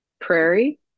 Prairie